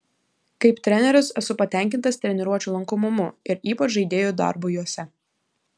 kaip treneris esu patenkintas treniruočių lankomumu ir ypač žaidėjų darbu jose